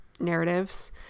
narratives